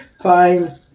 fine